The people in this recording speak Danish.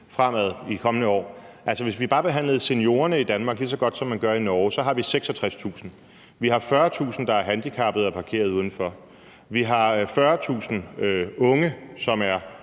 i de kommende år. Altså, hvis vi bare behandlede seniorerne i Danmark lige så godt, som man gør det i Norge, så har vi 66.000. Vi har 40.000, der er handicappede og parkeret uden for arbejdsmarkedet. Vi har 40.000 unge, som er